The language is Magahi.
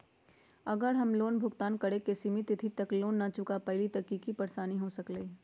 अगर हम लोन भुगतान करे के सिमित तिथि तक लोन न चुका पईली त की की परेशानी हो सकलई ह?